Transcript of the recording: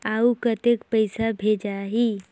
अउ कतेक पइसा भेजाही?